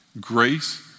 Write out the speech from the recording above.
Grace